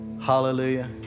Hallelujah